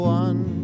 one